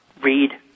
read